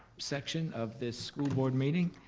section of this school board meeting,